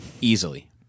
easily